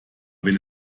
wenn